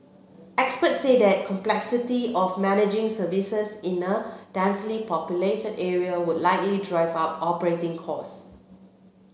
expert say that complexity of managing services in a densely populated area would likely drive up operating costs